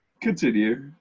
Continue